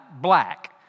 black